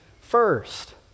first